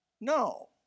no